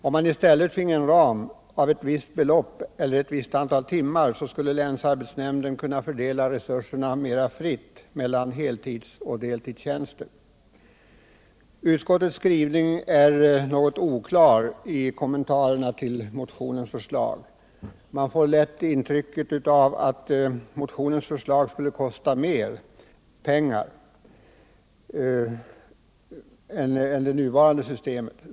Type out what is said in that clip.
Om man i stället finge en ram av ett visst belopp eller ett visst antal timmar, skulle länsarbetsnämnderna kunna fördela resurserna mer fritt mellan heltidsoch deltidstjänster. Utskottets skrivning är något oklar i kommentarerna till motionens förslag. Man får lätt ett intryck av att motionens förslag skulle kosta mer pengar än det nuvarande systemet.